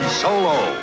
solo